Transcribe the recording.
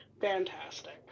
fantastic